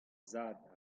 zad